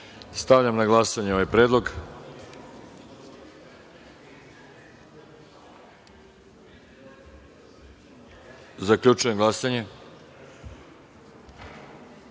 Đurišić. Stavljam na glasanje ovaj predlog. Zaključujem glasanje